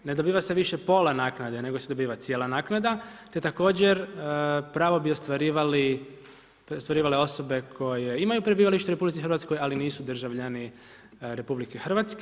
Ne dobiva se više pola naknade nego se dobiva cijela naknada te također, pravo bi ostvarivale osobe koje imaju prebivalište u RH, ali nisu državljani RH.